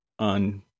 On